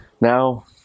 Now